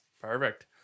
Perfect